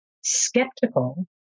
skeptical